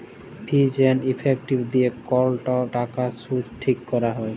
ফিজ এল্ড ইফেক্টিভ দিঁয়ে কল টাকার সুদ ঠিক ক্যরা হ্যয়